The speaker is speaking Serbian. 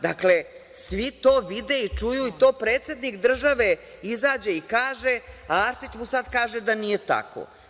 Dakle, svi to vide i čuju i to predsednik države izađe i kaže, a Arsić sada kaže da nije tako.